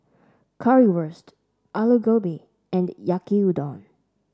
Currywurst Alu Gobi and Yaki Udon